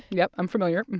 yep, i'm familiar.